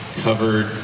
covered